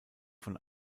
von